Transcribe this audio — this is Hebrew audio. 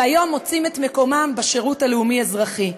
והיום מוצאים את מקומם בשירות הלאומי-אזרחי.